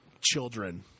children